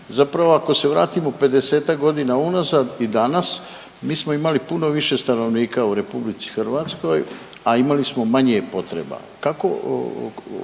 zapravo ako se vratimo 50-ak godina unazad i danas, mi smo imali puno više stanovnika u RH, a imali smo manje potreba. Kako